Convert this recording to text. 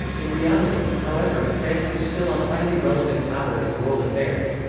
in reality, however, france is still a highly relevant power in world affairs.